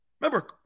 Remember